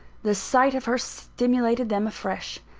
the sight of her stimulated them afresh.